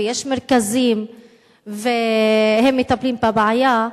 ויש מרכזים והם מטפלים בבעיה,